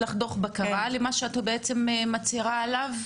יש לך דוח בקרה למה שאת מצהירה לך?